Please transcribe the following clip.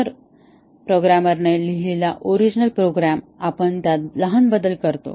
तर प्रोग्रामरने लिहिलेला ओरिजिनल प्रोग्रॅम आपण त्यात लहान बदल करतो